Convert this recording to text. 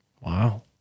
Wow